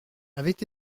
avaient